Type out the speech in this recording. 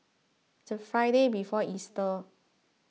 the Friday before Easter